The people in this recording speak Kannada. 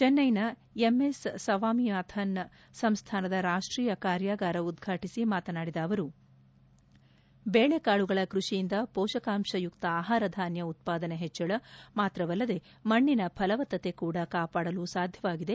ಚೆನ್ನೈನ ಎಮ್ಎಸ್ ಸವಾಮಿನಾಥನ್ ಸಂಸ್ಥಾನದ ರಾಷ್ಷೀಯ ಕಾರ್ಯಾಗಾರ ಉದ್ವಾಟಿಸಿ ಮಾತನಾಡಿದ ಅವರು ಬೇಳೆಕಾಳುಗಳ ಕೃಷಿಯಿಂದ ಮೋಷಕಾಂಶಯುಕ್ತ ಆಹಾರಧಾನ್ಯ ಉತ್ಪಾದನೆ ಹೆಚ್ಚಳ ಮಾತ್ರವಲ್ಲದೇ ಮಣ್ಣಿನ ಫಲವತ್ತತೆ ಕೂಡ ಕಾಪಾಡಲು ಸಾಧ್ಯವಾಗಿದೆ